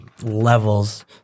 levels